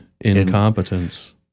Incompetence